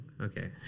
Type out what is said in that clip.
Okay